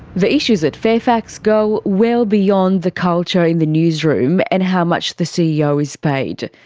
the issues at fairfax go well beyond the culture in the newsroom and how much the ceo is paid.